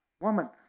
woman